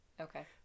Okay